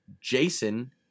Jason